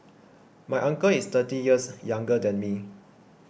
my uncle is thirty years younger than me